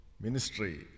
ministry